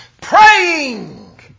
praying